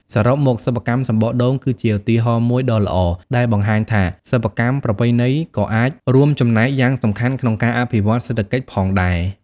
សរុបមក សិប្បកម្មសំបកដូង គឺជាឧទាហរណ៍មួយដ៏ល្អដែលបង្ហាញថា សិប្បកម្មប្រពៃណីក៏អាចរួមចំណែកយ៉ាងសំខាន់ក្នុងការអភិវឌ្ឍសេដ្ឋកិច្ចផងដែរ។